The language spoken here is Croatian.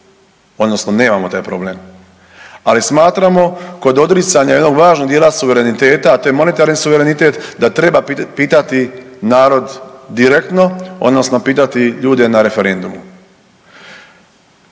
odnosno nemamo taj problem. Ali smatramo kod odricanja jednog važnog dijela suvereniteta, a to je monetarni suverenitet da treba pitati narod direktno odnosno pitati ljude na referendumu.